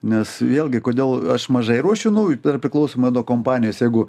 nes vėlgi kodėl aš mažai ruošiu nu dar priklausomai nuo kompanijos jeigu